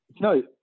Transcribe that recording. No